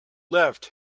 left